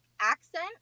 accent